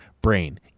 Brain